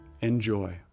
enjoy